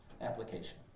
application